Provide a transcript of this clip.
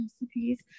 recipes